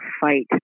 fight